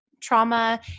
trauma